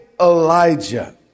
Elijah